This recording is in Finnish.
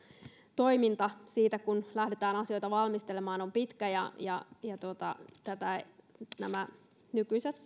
toiminta siitä kun lähdetään asioita valmistelemaan on pitkä ja ja nämä nykyiset